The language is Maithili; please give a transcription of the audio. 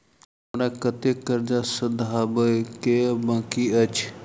हमरा कतेक कर्जा सधाबई केँ आ बाकी अछि?